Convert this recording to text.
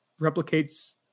replicates